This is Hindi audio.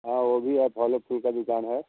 हाँ वो भी है फलों फूल का भी काम है